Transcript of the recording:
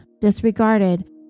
disregarded